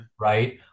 Right